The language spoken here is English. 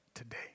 Today